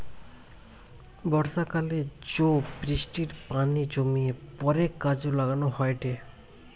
বর্ষাকালে জো বৃষ্টির পানি জমিয়ে পরে কাজে লাগানো হয়েটে